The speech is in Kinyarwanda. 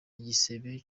igisebe